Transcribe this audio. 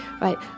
right